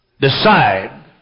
Decide